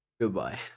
Goodbye